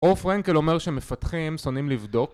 אור פרנקל אומר שמפתחים שונאים לבדוק